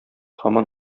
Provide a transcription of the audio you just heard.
һаман